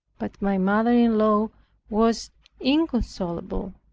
but my mother-in-law was inconsolable.